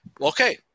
Okay